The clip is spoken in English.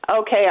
Okay